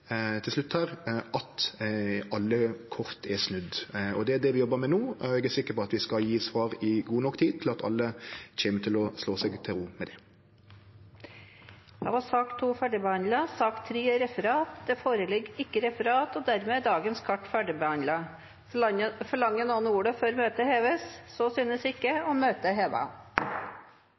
til slutt at alle kort er snudde. Det er det vi jobbar med no, og eg er sikker på at vi skal gi svar i god nok tid til at alle kjem til å slå seg til ro med det. Dermed er sak nr. 2 ferdigbehandlet. Det foreligger ikke noe referat. Dermed er dagens kart ferdigbehandlet. Forlanger noen ordet før møtet heves? – Så synes ikke, og møtet er